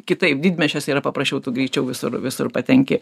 kitaip didmiesčiuose yra paprasčiau tu greičiau visur visur patenki